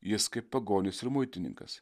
jis kaip pagonis ir muitininkas